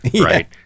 right